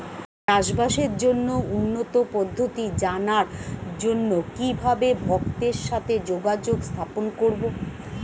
চাষবাসের জন্য উন্নতি পদ্ধতি জানার জন্য কিভাবে ভক্তের সাথে যোগাযোগ স্থাপন করব?